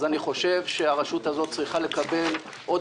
אז אני חושב שהרשות הזאת צריכה לקבל עוד